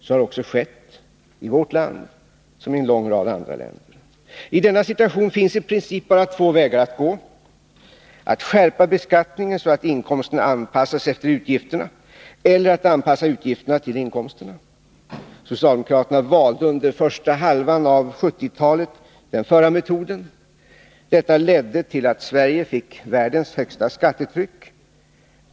Så har också skett, i vårt land som i en lång rad andra länder. I denna situation finns i princip bara två vägar att gå: att skärpa beskattningen, så att inkomsterna anpassas efter utgifterna, eller att anpassa utgifterna till inkomsterna. Socialdemokraterna valde under första halvan av 1970-talet den förra metoden. Detta ledde till att Sverige fick världens högsta skattetryck.